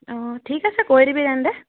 অঁ ঠিক আছে কৈ দিবি তেন্তে